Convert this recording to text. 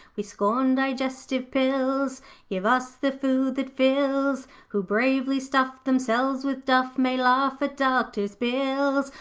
we scorn digestive pills give us the food that fills who bravely stuff themselves with duff, may laugh at doctor's bills.